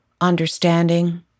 understanding